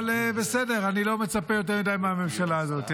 אבל בסדר, אני לא מצפה ליותר מדי מהממשלה הזאת.